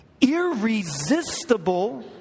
irresistible